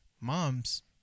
moms